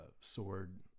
sword